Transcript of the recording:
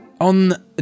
On